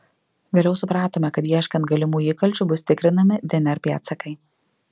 vėliau supratome kad ieškant galimų įkalčių bus tikrinami dnr pėdsakai